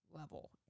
level